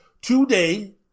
today